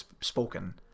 spoken